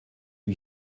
lui